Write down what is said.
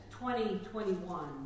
2021